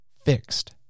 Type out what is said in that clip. fixed